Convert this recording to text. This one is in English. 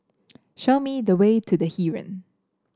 show me the way to The Heeren